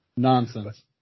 nonsense